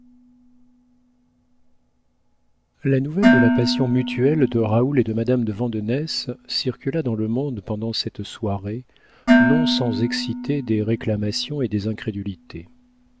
la nouvelle de la passion mutuelle de raoul et de madame de vandenesse circula dans le monde pendant cette soirée non sans exciter des réclamations et des incrédulités